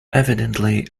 evidently